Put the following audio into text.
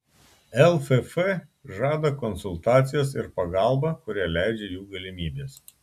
lff žada konsultacijas ir pagalbą kurią leidžia jų galimybės